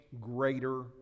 greater